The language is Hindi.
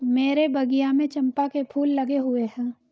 मेरे बगिया में चंपा के फूल लगे हुए हैं